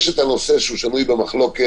יש את הנושא שהוא שנוי במחלוקת,